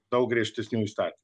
daug griežtesnių įstatymų